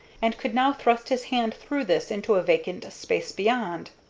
and could now thrust his hand through this into a vacant space beyond.